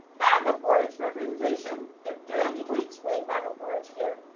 bag of words per presentation. but do i need to explain bag of words here?